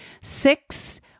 six